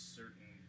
certain